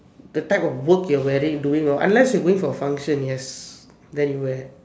that type of work you're wearing doing ah unless you're going for function yes then you wear